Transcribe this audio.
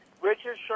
Richard